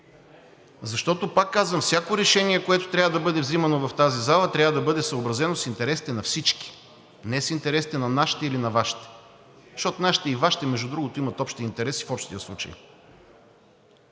Защото, пак казвам: всяко решение, което трябва да бъде взимано в тази зала, трябва да бъде съобразено с интересите на всички – не с интересите на нашите или на Вашите, защото нашите и Вашите, между другото, имат общи интереси в общия случай.